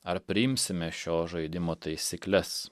ar priimsime šio žaidimo taisykles